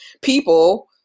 people